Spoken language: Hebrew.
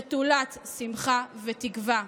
נטולת שמחה ותקווה.